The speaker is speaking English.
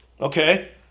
Okay